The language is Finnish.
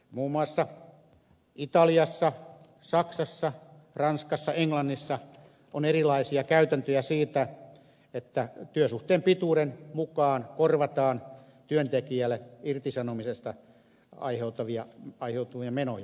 muun muassa italiassa saksassa ranskassa ja englannissa on erilaisia käytäntöjä siitä että työsuhteen pituuden mukaan korvataan työntekijälle irtisanomisesta aiheutuvia menoja